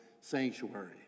sanctuary